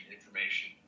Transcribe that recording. information